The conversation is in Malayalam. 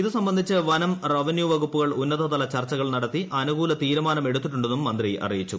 ഇത് സംബന്ധിച്ച് വനം റവന്യൂ വകുപ്പുകൾ ഉന്നതതല ചർച്ചകൾ നടത്തി അനുകൂല തീരുമാനമെടുത്തിട്ടുണ്ടെന്നും മന്ത്രി അറിയിച്ചു